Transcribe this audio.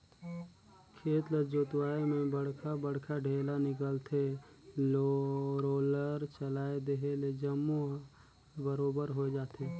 खेत ल जोतवाए में बड़खा बड़खा ढ़ेला निकलथे, रोलर चलाए देहे ले जम्मो हर बरोबर होय जाथे